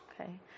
Okay